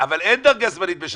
כל שנה אין דרגה זמנית כי